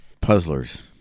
puzzlers